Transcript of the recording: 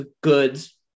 goods